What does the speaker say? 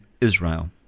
Israel